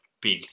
big